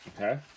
Okay